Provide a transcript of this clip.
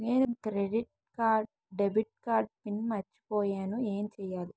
నేను credit card debit card pin మర్చిపోయేను ఎం చెయ్యాలి?